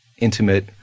intimate